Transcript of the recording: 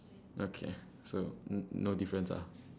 okay so no difference ah